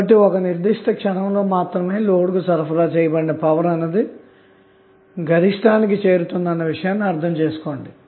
కాబట్టి ఒకనిర్దిష్ట క్షణంలో మాత్రమే లోడ్కు సరఫరా చేయబడిన పవర్ గరిష్టానికి చేరుతుందన్న విషయం అర్ధం చేసుకోండి